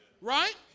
Right